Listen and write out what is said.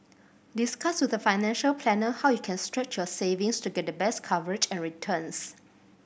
discuss with a financial planner how you can stretch your savings to get the best coverage and returns